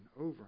over